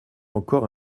encore